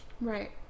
right